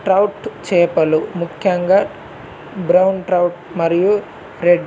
trout చేపలు ముఖ్యంగా brown trout మరియు రెడ్